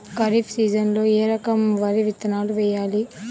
ఖరీఫ్ సీజన్లో ఏ రకం వరి విత్తనాలు వేయాలి?